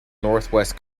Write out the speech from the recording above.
northwest